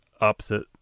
opposite